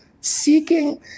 seeking